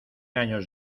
años